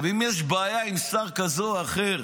אם יש בעיה עם שר כזה או אחר